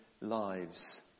lives